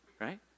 right